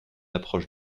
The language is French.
approche